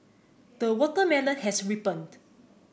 the watermelon has ripened